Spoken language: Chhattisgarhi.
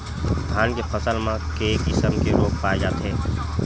धान के फसल म के किसम के रोग पाय जाथे?